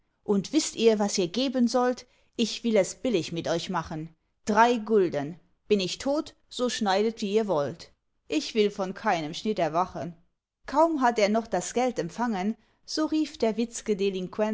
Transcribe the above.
und wißt ihr was ihr geben sollt ich will es billig mit euch machen drei gulden bin ich tot so schneidet wie ihr wollt ich will von keinem schnitt erwachen kaum hat er noch das geld empfangen so rief der